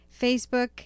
Facebook